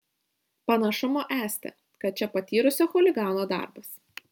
panašumo esti kad čia patyrusio chuligano darbas